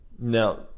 now